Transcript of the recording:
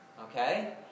Okay